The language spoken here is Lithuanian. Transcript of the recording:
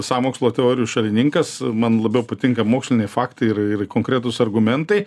sąmokslo teorijų šalininkas man labiau patinka moksliniai faktai ir ir konkretūs argumentai